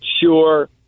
sure